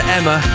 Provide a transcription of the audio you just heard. Emma